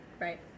right